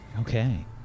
Okay